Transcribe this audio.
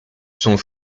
sont